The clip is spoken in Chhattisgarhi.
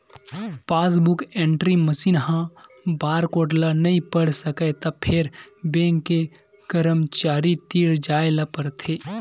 पासबूक एंटरी मसीन ह बारकोड ल नइ पढ़ सकय त फेर बेंक के करमचारी तीर जाए ल परथे